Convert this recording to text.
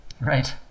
Right